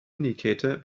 indicator